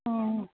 অঁ